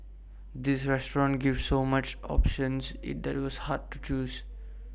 the restaurant gave so many choices that IT was hard to choose